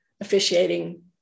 officiating